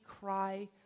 cry